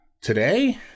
Today